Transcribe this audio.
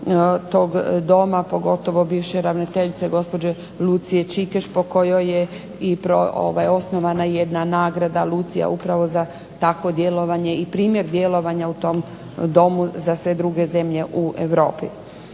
tog doma pogotovo bivše ravnateljice gospođe Lucije Čikeš po kojoj je i osnovana jedna nagrada Lucija upravo za takvo djelovanje i primjer djelovanja u tom domu za sve druge zemlje u Europi.